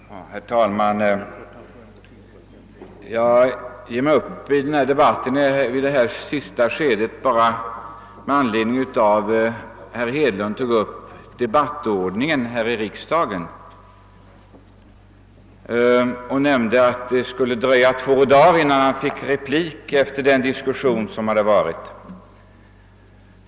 Herr talman! Jag ger mig upp i detta sista skede av debatten bara med anledning av att herr Hedlund tog upp debattordningen i riksdagen och nämnde att det skulle dröja två dagar innan han fick tillfälle till replik efter den diskussion som hade varit.